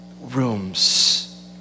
rooms